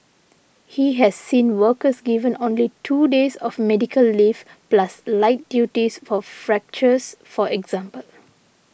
he has seen workers given only two days of medical leave plus light duties for fractures for example